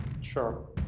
Sure